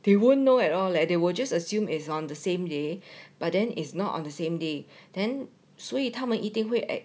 they won't know at all like they were just assume is on the same day but then is not on the same day then 所以他们一定会诶